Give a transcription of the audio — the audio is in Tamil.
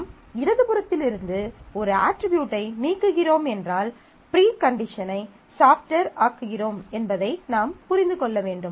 நாம் இடது புறத்திலிருந்து ஒரு அட்ரிபியூட்டை நீக்குகிறோம் என்றால் ப்ரீ கண்டிஷனை சாஃப்ட்டர் ஆக்குகிறோம் என்பதை நாம் புரிந்து கொள்ள வேண்டும்